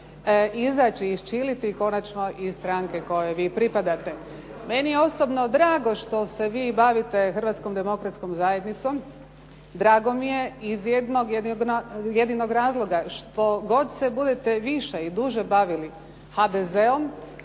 izaći, isčiliti konačno iz stranke kojoj vi pripadate. Meni je osobno drago što se vi bavite Hrvatskom demokratskom zajednicom, drago mi je iz jednog jedinog razloga, što god se budete više i duže bavili HDZ-om